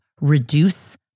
reduce